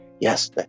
yes